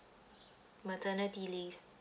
maternity leave